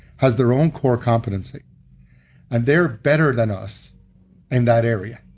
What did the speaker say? has their own core competency and they're better than us in that area.